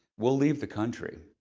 we'll leave the country.